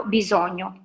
bisogno